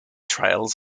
trails